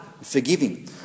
forgiving